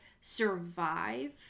survive